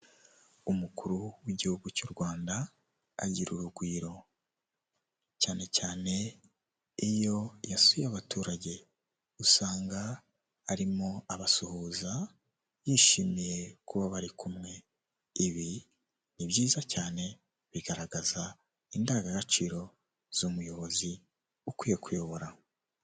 Umukuru w'igihugu cy'u Rwanda agira urugwiro, cyane cyane iyo yasuye abaturage usanga arimo abasuhuza yishimiye kuba bari kumwe, ibi ni byiza cyane bigaragaza indangagaciro z'umuyobozi ukwiye kuyobora.